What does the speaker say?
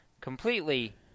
completely